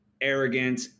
arrogant